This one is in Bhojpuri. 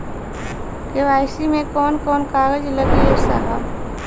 के.वाइ.सी मे कवन कवन कागज लगी ए साहब?